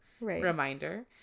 reminder